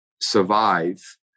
survive